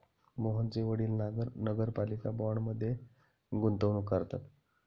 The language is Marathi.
मोहनचे वडील नगरपालिका बाँडमध्ये गुंतवणूक करतात